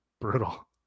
Brutal